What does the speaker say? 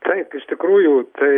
taip iš tikrųjų tai